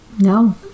No